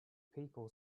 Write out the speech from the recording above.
people